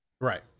Right